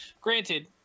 granted